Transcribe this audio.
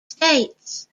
states